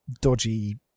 dodgy